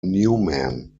newman